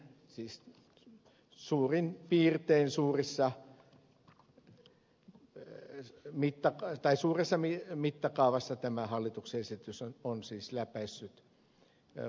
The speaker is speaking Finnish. siis suurin piirtein suuressa mittakaavassa tämä hallituksen esitys on läpäissyt valiokuntakäsittelyn